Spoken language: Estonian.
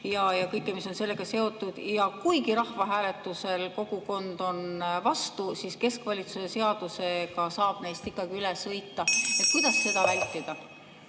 ja kõike, mis on sellega seotud. Kuigi rahvahääletusel kogukond on vastu, saab keskvalitsuse seadusega neist ikkagi üle sõita. Kuidas seda vältida?